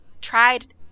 tried